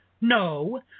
no